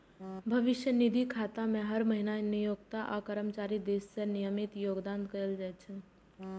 भविष्य निधि खाता मे हर महीना नियोक्ता आ कर्मचारी दिस सं नियमित योगदान कैल जाइ छै